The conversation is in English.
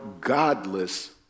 godless